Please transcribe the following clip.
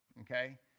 okay